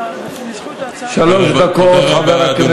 שלוש דקות לחבר הכנסת.